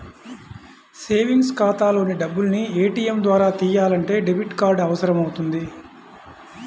savings ఖాతాలోని డబ్బుల్ని ATM ద్వారా తియ్యాలంటే డెబిట్ కార్డు అవసరమవుతుంది